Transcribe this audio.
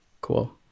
cool